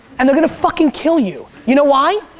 and they're gonna fucking kill you. you know why?